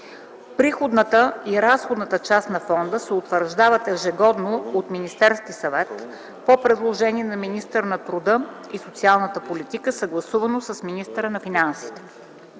Приходната и разходната част на фонда се утвърждават ежегодно от Министерския съвет по предложение на министъра на труда и социалната политика, съгласувано с министъра на финансите.